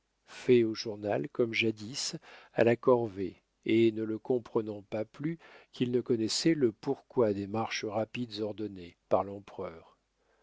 fait au journal comme jadis à la corvée et ne le comprenant pas plus qu'il ne connaissait le pourquoi des marches rapides ordonnées par l'empereur